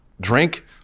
drink